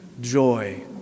joy